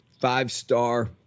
five-star